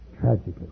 Tragically